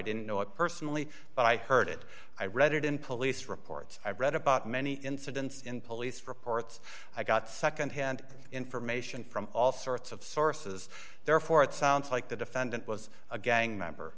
didn't know it personally but i heard it i read it in police reports i read about many incidents in police reports i got secondhand information from all sorts of sources therefore it sounds like the defendant was a gang member